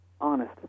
Honest